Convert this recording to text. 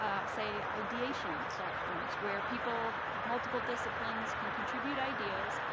ah say ideation platforms, where people of multiple disciplines can contribute ideas,